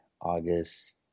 August